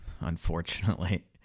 unfortunately